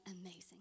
Amazing